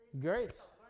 Grace